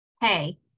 hey